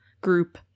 group